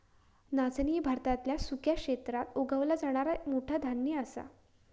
नाचणी भारतातल्या सुक्या क्षेत्रात उगवला जाणारा मोठा धान्य असा